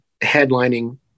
headlining